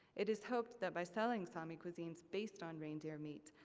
it is hoped that by selling sami cuisines based on reindeer meat,